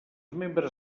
membres